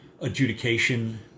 adjudication